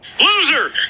Loser